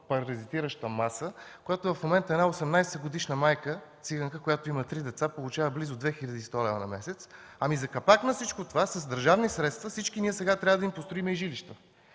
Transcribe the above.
паразитираща маса – в момента една 18-годишна майка циганка, която има три деца, получава близо 2100 лв. на месец, ами за капак на всичко това с държавни средства всички ние сега трябва да им построим жилища!